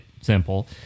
simple